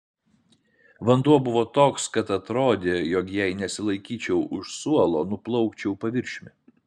vanduo buvo toks kad atrodė jog jei nesilaikyčiau už suolo nuplaukčiau paviršiumi